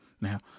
Now